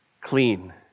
clean